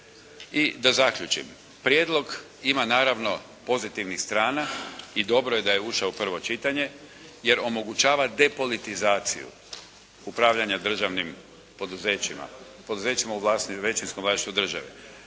I da zaključim. Prijedlog ima naravno pozitivnih strana i dobro je da je ušao u prvo čitanje, jer omogućava depolitizaciju upravljanja državnim poduzećima, poduzećima u većinskom vlasništvu države.